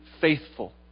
faithful